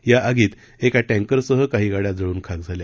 या आगीत एका टँकरसह काही गाड्या जळून खाक झाल्या